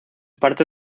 parte